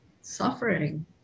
suffering